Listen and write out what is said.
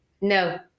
No